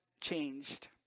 changed